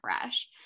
fresh